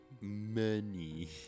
money